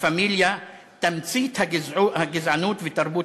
או "לה פמיליה", תמצית הגזענות ותרבות